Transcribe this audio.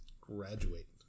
graduate